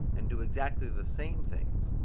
and do exactly the same things,